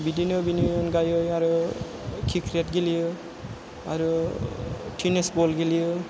बिदिनो बेनि अनगायै आरो क्रिकेट गेलेयो आरो टेनिस बल गेलेयो